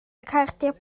cardiau